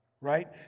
right